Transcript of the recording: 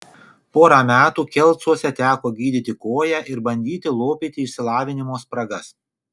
porą metų kelcuose teko gydyti koją ir bandyti lopyti išsilavinimo spragas